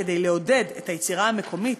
כדי לעודד את היצירה המקומית,